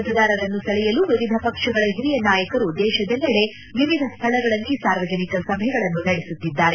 ಮತದಾರರನ್ನು ಸೆಳೆಯಲು ವಿವಿಧ ಪಕ್ಷಗಳ ಹಿರಿಯ ನಾಯಕರು ದೇಶದೆಲ್ಲೆಡೆ ವಿವಿಧ ಸ್ಥಳಗಳಲ್ಲಿ ಸಾರ್ವಜನಿಕ ಸಭೆಗಳನ್ನು ನಡೆಸುತ್ತಿದ್ದಾರೆ